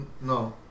No